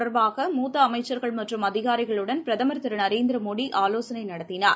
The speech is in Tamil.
தொடர்பாக மூத்தஅமைச்சர்கள் மற்றும் அதிகாரிகளுடன் பிரதமர் திருநரேந்திரமோடிஆலோசனைநடத்தினார்